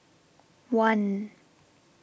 one